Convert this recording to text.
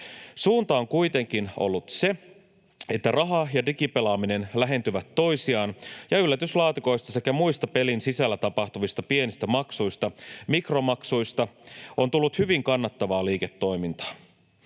Suunta on kuitenkin ollut se, että raha- ja digipelaaminen lähentyvät toisiaan, ja yllätyslaatikoista sekä muista pelin sisällä tapahtuvista pienistä maksuista, mikromaksuista, on tullut hyvin kannattavaa liiketoimintaa.